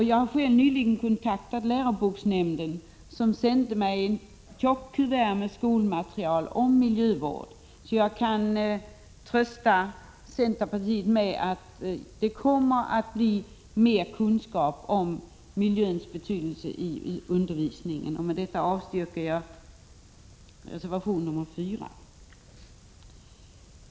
Jag har själv nyligen kontaktat läroboksnämnden, som sände mig ett tjockt kuvert med skolmaterial om miljövård. Jag kan därför trösta centerpartiet med att det genom undervisningen kommer att bli mer kunskaper om miljöns betydelse. Med detta yrkar jag avslag på reservation nr 4.